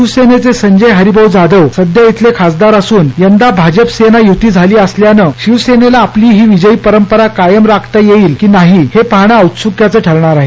शिवसेनेचे संजय हरिभाऊ जाधव सध्या इथले खासदार असून यंदा भाजप सेने युती झाली असल्यानं शिवसेनेला आपली विजयी परंपरा कायम राखता येईल की नाही हे पाहणं औत्सुक्याचं ठरणार आहे